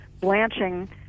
blanching